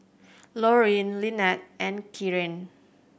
Lorraine Lynnette and Keara